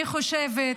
אני חושבת,